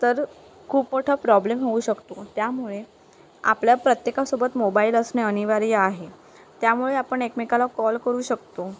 तर खूप मोठा प्रॉब्लेम होऊ शकतो त्यामुळे आपल्या प्रत्येकासोबत मोबाईल असणे अनिवार्य आहे त्यामुळे आपण एकमेकाला कॉल करू शकतो